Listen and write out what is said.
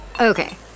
Okay